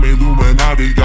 Illuminati